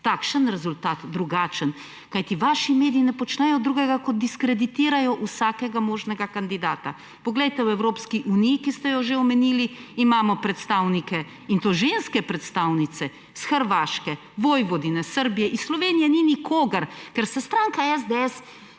takšen rezultat, drugačen, kajti vaši mediji ne počnejo drugega, kot diskreditirajo vsakega možnega kandidata. Poglejte, v Evropski uniji, ki ste jo že omenili, imamo predstavnike ‒ in to ženske predstavnice ‒ iz Hrvaške, Vojvodine, Srbije. Iz Slovenije ni nikogar, ker se stranka SDS